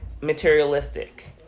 materialistic